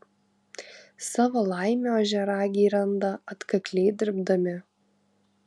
savo laimę ožiaragiai randa atkakliai dirbdami